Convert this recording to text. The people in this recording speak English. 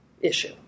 issue